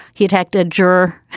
he attacked a juror.